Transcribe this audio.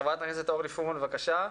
חברת הכנסת אורלי פרומן, בבקשה.